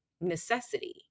necessity